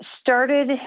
started